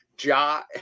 Ja